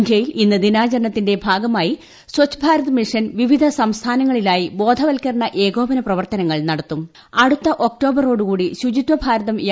ഇന്ത്യയിൽ ഇന്ന് ദിനാചരണത്തിന്റെ ഭാഗമായി സച്ഛ് ഭാരത് മിഷൻ വിവിധ സംസ്ഥാനങ്ങളിലായി ബോധവൽക്കരണ ക്ട്രിക്കോപന പ്രവർത്തനങ്ങൾ അടുത്ത ഒക്ടോബ്യോടുട് കൂടി ശുചിത്വഭാരതം നടത്തും